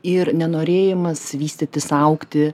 ir nenorėjimas vystytis augti